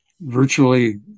virtually